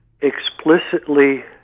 explicitly